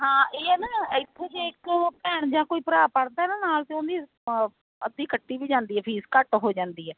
ਹਾਂ ਇਹ ਐ ਨਾ ਇੱਥੋਂ ਜੇ ਇੱਕ ਭੈਣ ਜਾਂ ਕੋਈ ਭਰਾ ਪੜ੍ਹਦਾ ਨਾ ਨਾਲ ਤਾਂ ਉਨਦੀ ਅੱਧੀ ਕੱਟੀ ਵੀ ਜਾਂਦੀ ਐ ਫੀਸ ਘੱਟ ਹੋ ਜਾਂਦੀ ਐ